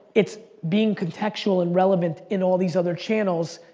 it's being contextual and relevant in all these other channels,